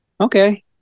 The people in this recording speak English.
Okay